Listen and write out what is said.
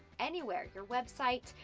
anywhere, your website,